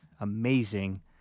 amazing